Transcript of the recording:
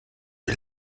you